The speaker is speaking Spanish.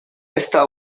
esta